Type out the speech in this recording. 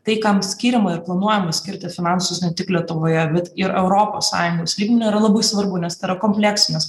tai kam skiriama ir planuojama skirti finansus ne tik lietuvoje bet ir europos sąjungos lygmeniu yra labai svarbu nes tai yra kompleksinės